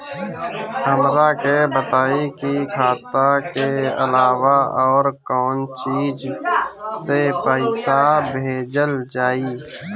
हमरा के बताई की खाता के अलावा और कौन चीज से पइसा भेजल जाई?